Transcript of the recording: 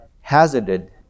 hazarded